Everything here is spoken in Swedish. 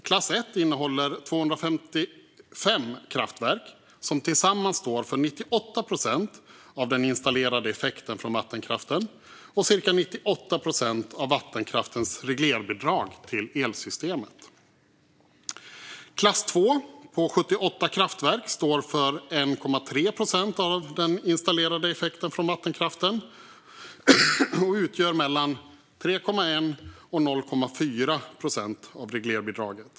Klass 1 omfattar 255 kraftverk, som tillsammans står för 98 procent av den installerade effekten från vattenkraften och cirka 98 procent av vattenkraftens reglerbidrag till elsystemet. Klass 2 omfattar 78 kraftverk, står för 1,3 procent av den installerade effekten från vattenkraften och utgör mellan 3,1 och 0,4 procent av reglerbidraget.